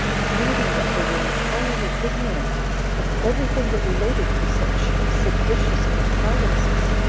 pleading that they were entirely ignorant of every thing that related to such seditious contrivances,